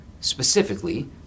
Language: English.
Specifically